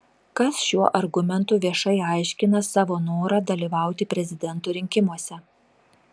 kas šiuo argumentu viešai aiškina savo norą dalyvauti prezidento rinkimuose